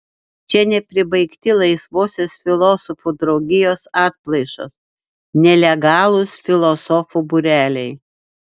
čia nepribaigti laisvosios filosofų draugijos atplaišos nelegalūs filosofų būreliai